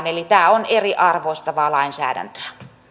eli tämä on eriarvoistavaa lainsäädäntöä